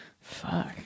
Fuck